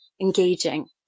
engaging